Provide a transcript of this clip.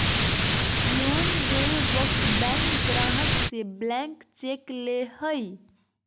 loan देय वक्त bank ग्राहक से ब्लैंक चेक ले हइ